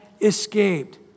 escaped